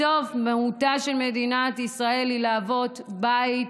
בסוף מהותה של מדינת ישראל היא להיות בית